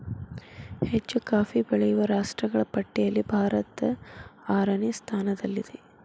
ಹೆಚ್ಚು ಕಾಫಿ ಬೆಳೆಯುವ ರಾಷ್ಟ್ರಗಳ ಪಟ್ಟಿಯಲ್ಲಿ ಭಾರತ ಆರನೇ ಸ್ಥಾನದಲ್ಲಿದೆ